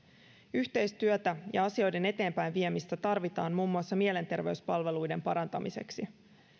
yhteistyötä ja asioiden eteenpäinviemistä tarvitaan muun muassa mielenterveyspalveluiden parantamiseksi